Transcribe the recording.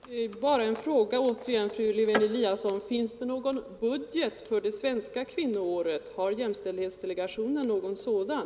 Herr talman! Bara ytterligare en fråga till fru Lewén-Eliasson: Finns det någon budget för det svenska kvinnoåret? Har jämställdhetsdelegationen någon sådan?